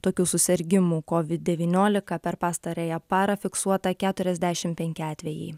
tokių susirgimų covid devyniolika per pastarąją parą fiksuota keturiasdešimt penki atvejai